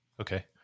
Okay